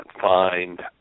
find